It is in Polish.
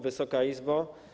Wysoka Izbo!